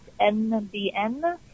nbn